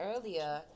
earlier